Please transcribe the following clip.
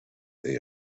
they